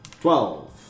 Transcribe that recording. twelve